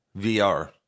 VR